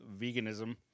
veganism